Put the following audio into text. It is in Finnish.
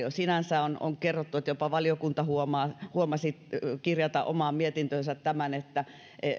jo sinänsä on on kerrottu että jopa valiokunta huomasi kirjata omaan mietintöönsä että